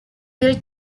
will